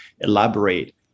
elaborate